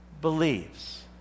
believes